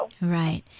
Right